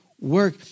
Work